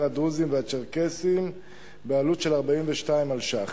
הדרוזי והצ'רקסי בעלות של 42 מיליון שקלים.